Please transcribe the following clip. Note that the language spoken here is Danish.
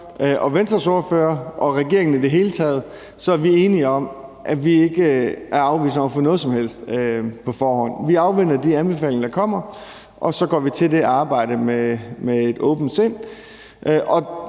og Venstres ordfører og regeringen i det hele taget, er vi enige om, at vi ikke er afvisende over for noget som helst på forhånd. Vi afventer de anbefalinger, der kommer, og så går vi til det arbejde med et åbent sind.